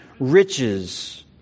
riches